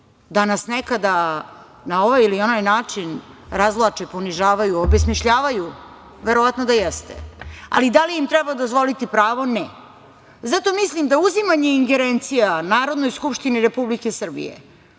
da nas nekada na ovaj ili na onaj način razvlače, ponižavaju, obesmišljavaju? Verovatno da jeste. Da li im treba dozvoliti pravo? Ne. Zato mislim da uzimanje ingerencija Narodnoj skupštini Republike Srbije,